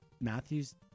Matthews